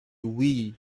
wii